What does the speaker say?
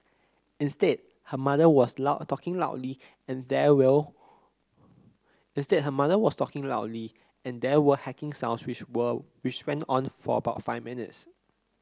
instead her mother was loud talking loudly and there will instead her mother was talking loudly and there were hacking sounds which will which went on for about five minutes